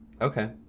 Okay